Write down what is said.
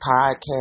podcast